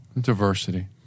Diversity